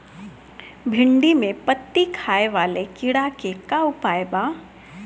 भिन्डी में पत्ति खाये वाले किड़ा के का उपाय बा?